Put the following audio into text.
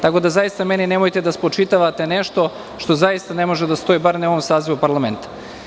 Tako da, zaista meni nemojte da spočitavate nešto što zaista ne može da stoji bar ne u ovom sazivu parlamenta.